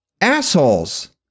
assholes